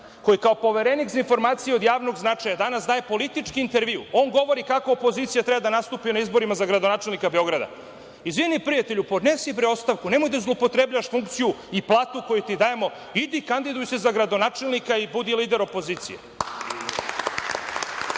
koji kao Poverenik za informacije od javnog značaja danas daje politički intervju. On govori kako opozicija treba da nastupi na izborima za gradonačelnika Beograda. Izvini, prijatelju, podnesi ostavku, nemoj da zloupotrebljavaš funkciju i platu koju ti dajemo, idi kandiduj se za gradonačelnika i budi lider opozicije.Zašto